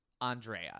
Andrea